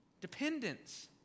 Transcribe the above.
Dependence